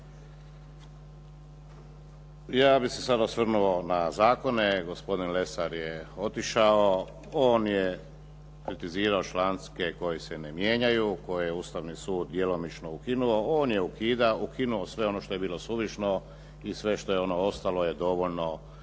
Ja bih se sad osvrnuo na zakone. Gospodin Lesar je otišao. On je kritizirao članke koji se ne mijenjaju, koje je Ustavni sud djelomično ukinuo. On je ukinuo sve ono što je bilo suvišno i sve što je ono ostalo je dovoljno da